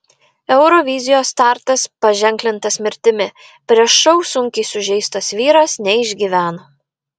eurovizijos startas paženklintas mirtimi prieš šou sunkiai sužeistas vyras neišgyveno